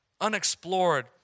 unexplored